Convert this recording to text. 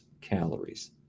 calories